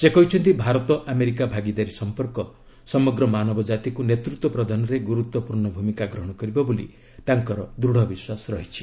ସେ କହିଛନ୍ତି ଭାରତ ଆମେରିକା ଭାଗିଦାରୀ ସମ୍ପର୍କ ସମଗ୍ର ମାନବଜାତିକୁ ନେତୃତ୍ୱ ପ୍ରଦାନରେ ଗୁରୁତ୍ୱପୂର୍ଣ୍ଣ ଭୂମିକା ଗ୍ରହଣ କରିବ ବୋଲି ତାଙ୍କର ବିଶ୍ୱାସ ରହିଛି